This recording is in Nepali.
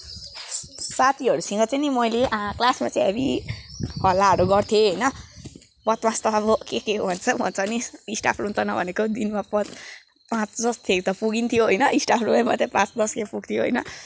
साथीहरूसँग चाहिँ नि मैले क्लासहरूमा हेभी हल्लाहरू गर्थेँ होइन बदमास त अब के के भन्छ भन्छ नि स्टाफ रूम त नभनेको दिनमा प पाँच दसखेरि त पुगिन्थ्यो होइन स्टाफ रूममा पाँच दसखेप पुग्थ्यो होइन